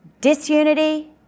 Disunity